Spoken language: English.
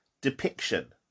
depiction